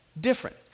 different